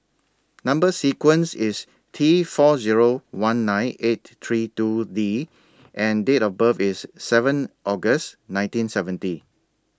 Number sequence IS T four Zero one nine eight three two D and Date of birth IS seven August nineteen seventy